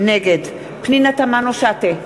נגד פנינה תמנו-שטה,